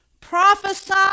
prophesy